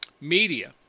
Media